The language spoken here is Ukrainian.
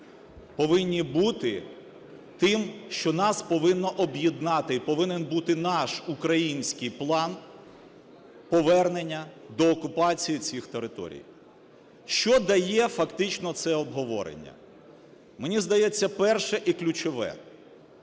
повинні бути тим, що нас повинно об'єднати і повинен бути наш український план повернення деокупації цих територій. Що дає фактично це обговорення? Мені здається, перше, і ключове,